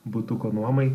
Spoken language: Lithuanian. butuko nuomai